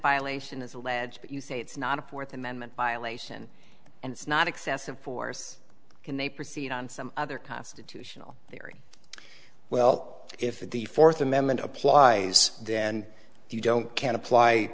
violation is alleged but you say it's not a fourth amendment violation and it's not excessive force can they proceed on some other constitutional theory well if the fourth amendment applies and if you don't can't apply